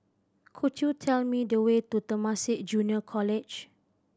could you tell me the way to Temasek Junior College